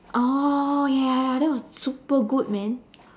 oh ya ya ya that was super good man